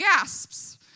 gasps